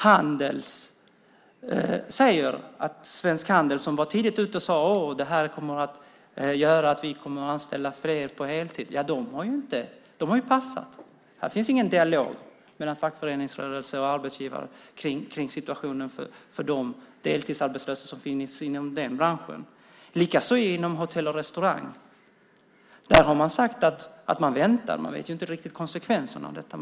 Handels säger att Svensk Handel, som tidigt var ute och sade att det här kommer att göra att man kommer att anställa fler på heltid, har passat. Det finns ingen dialog mellan fackföreningsrörelse och arbetsgivare om situationen för de deltidsarbetslösa inom den branschen, inte heller inom Hotell och Restaurangfacket. Där har man sagt att man väntar. Man ser ju inte riktigt konsekvenserna av detta.